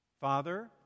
father